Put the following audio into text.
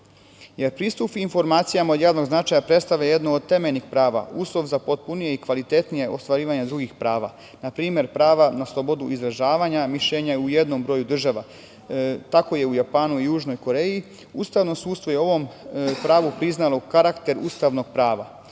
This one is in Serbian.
jer pristup informacijama od javnog značaja predstavlja jednu od temeljnih prava, uslov za potpunije i kvalitetnije ostvarivanje drugih prava. Na primer, pravo na slobodu izražavanja i mišljenja u jednom broju država, tako je u Japanu, Južnoj Koreji. Ustavno sudstvo je ovom pravu priznalo karakter ustavnog prava.